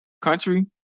Country